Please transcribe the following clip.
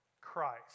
Christ